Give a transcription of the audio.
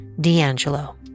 D'Angelo